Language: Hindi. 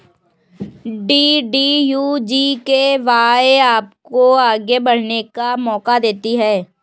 डी.डी.यू जी.के.वाए आपको आगे बढ़ने का मौका देती है